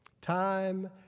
time